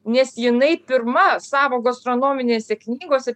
nes jinai pirma savo gastronominėse knygose